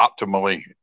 optimally